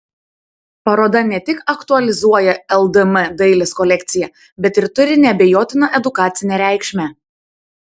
paroda ne tik aktualizuoja ldm dailės kolekciją bet ir turi neabejotiną edukacinę reikšmę